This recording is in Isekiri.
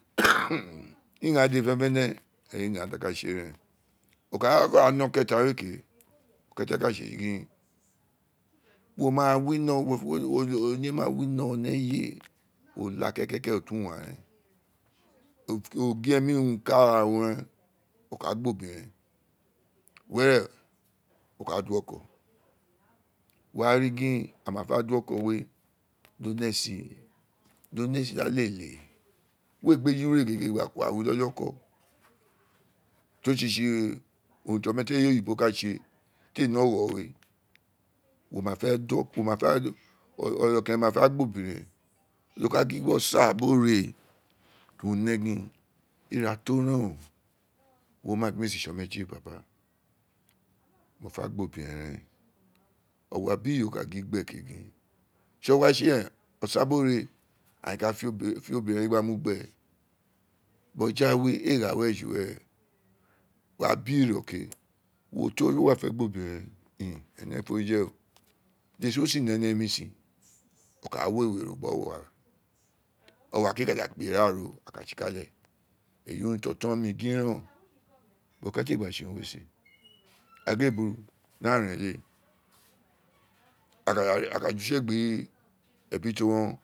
ighaan dede fene fene ighaan urun fi a ka tse ren o ka ne okeeta we ke, okeeta ka tsi gin wo ma wino oniye ma wino ni eye o laa ke ke ke o tu uwan ren o gin emi ro kaa ari ro reen o ka gba obiren were o ka do oko wo wa rii gin a ma fe re gba do oko we di o ne esi ti o lele we gbeju re gege gba ku wa ri iloli oko ti o esi tsi urun ti ome tien eye oyibo ka tse ti a ni ogho wee wo ma fe do oko ono keren ma fe gba ono biren di o ka gin gbi osa bi ore ta o ne gin ira ta o ne gin ira to reen oo wo ma gin mi ee si tse omatie oo papa mo fe gba obiren ren owa bi iyoro ka gin gbe ke gin gin tsogua tsi reen, osa bi ore aghaan ee ka fe obiren gba mu gbe no ja we aa ghaa weri ju were ra biro ke wo to ti uwo we gba fe gba obiren reen in ene fori je oro ne sin wo ne ni emi sin o ka wewe gbi owa ro o wa ke ka da kpe ira ro a ka tsi ka le eyi urun ti otom mi gin reen oo bo ko owin a loa ke le gba tse urun we sin a gin a buru di aghaan ren lee a ka da a ka da ju use gbi ebi ti o wi yon.